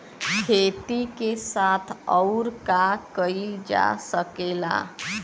खेती के साथ अउर का कइल जा सकेला?